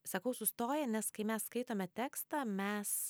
sakau sustoja nes kai mes skaitome tekstą mes